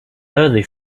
early